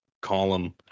column